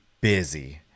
busy